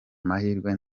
mahirwe